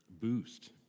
boost